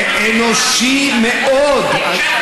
אנושי מאוד.